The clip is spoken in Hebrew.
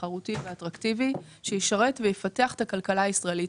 תחרותי ואטרקטיבי שישרת ויפתח את הכלכלה הישראלית.